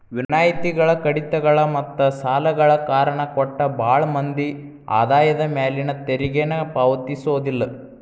ವಿನಾಯಿತಿಗಳ ಕಡಿತಗಳ ಮತ್ತ ಸಾಲಗಳ ಕಾರಣ ಕೊಟ್ಟ ಭಾಳ್ ಮಂದಿ ಆದಾಯದ ಮ್ಯಾಲಿನ ತೆರಿಗೆನ ಪಾವತಿಸೋದಿಲ್ಲ